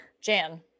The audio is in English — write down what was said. Jan